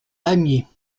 pamiers